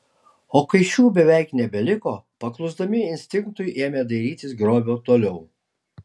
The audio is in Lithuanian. o kai šių beveik nebeliko paklusdami instinktui ėmė dairytis grobio toliau